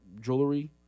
jewelry